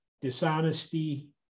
dishonesty